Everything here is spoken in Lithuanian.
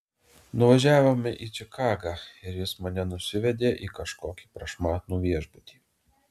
nuvažiavome į čikagą ir jis mane nusivedė į kažkokį prašmatnų viešbutį